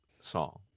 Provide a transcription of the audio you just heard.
song